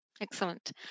Excellent